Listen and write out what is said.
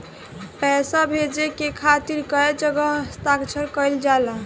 पैसा भेजे के खातिर कै जगह हस्ताक्षर कैइल जाला?